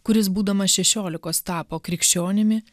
kuris būdamas šešiolikos tapo krikščionimi